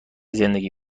زندگی